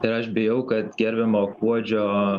ir aš bijau kad gerbiamo kuodžio